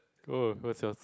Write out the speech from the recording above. go what's yours